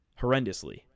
horrendously